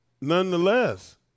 Nonetheless